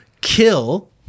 kill